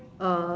uh